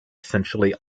essentially